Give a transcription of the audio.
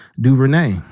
DuVernay